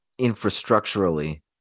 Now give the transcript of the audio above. infrastructurally